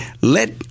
let